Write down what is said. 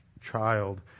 child